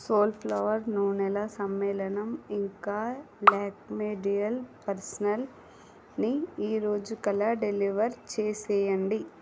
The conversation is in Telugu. సోల్ఫ్లవర్ నూనెల సమ్మేళనం ఇంకా ల్యాక్మె డ్యుయల్ పర్సనల్ ని ఈరోజుకల్లా డెలివర్ చేసేయండి